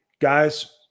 Guys